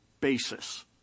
basis